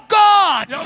god